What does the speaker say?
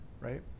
right